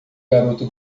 garoto